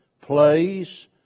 plays